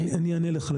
אני אענה לך על